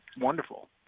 wonderful